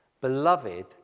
beloved